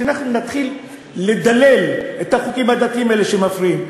שאנחנו נתחיל לדלל את החוקים הדתיים האלה שמפריעים.